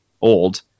old